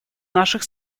наших